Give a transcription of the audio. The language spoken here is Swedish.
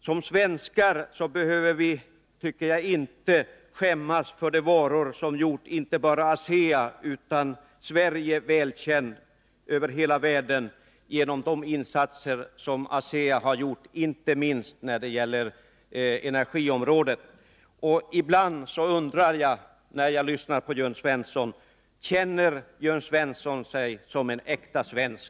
Som svenskar behöver vi, tycker jag, inte skämmas för de varor som gjort inte bara ASEA utan också Sverige välkänt över hela världen genom de insatser som ASEA har gjort, inte minst på energiområdet. Ibland undrar jag, när jag lyssnar på Jörn Svensson: Känner Jörn Svensson sig som en äkta svensk?